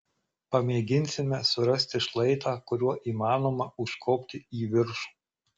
pamėginsime surasti šlaitą kuriuo įmanoma užkopti į viršų